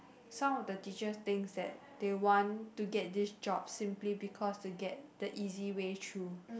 some of the teachers thinks that they want to get this job simply because to get the easy way through